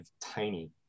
tiny